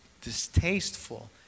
distasteful